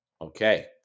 Okay